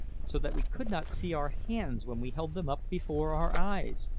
so that we could not see our hands when we held them up before our eyes,